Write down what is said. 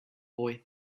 boy